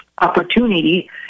opportunity